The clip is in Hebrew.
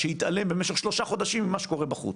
שהתעלם במשך 3 חודשים ממה שקורה בחוץ.